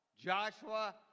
Joshua